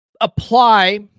apply